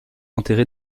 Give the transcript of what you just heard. enterré